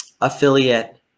affiliate